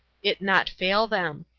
it not fail them.